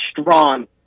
strong